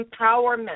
empowerment